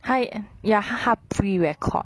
还有 and ya 他他 pre-record